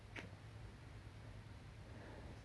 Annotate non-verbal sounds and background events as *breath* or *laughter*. *noise* *breath*